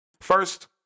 First